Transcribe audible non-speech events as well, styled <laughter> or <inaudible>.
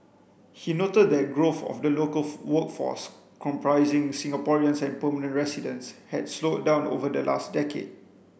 he noted that growth of the local <unintelligible> workforce comprising Singaporeans and permanent residents had slowed down over the last decade